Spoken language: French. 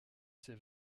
ses